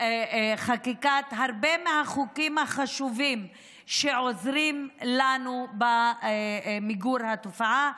חקיקת רבים מהחוקים החשובים שעוזרים לנו במיגור התופעה: